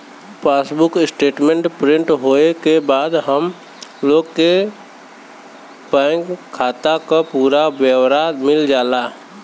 passbook statement print होये के बाद हम लोग के बैंक खाता क पूरा ब्यौरा मिल जाला